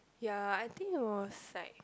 ya I think it was like